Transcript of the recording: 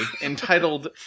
entitled